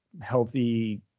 healthy